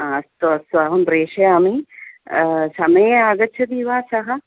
अस्तु अस्तु अहं प्रेषयामि समये आगच्छति वा सः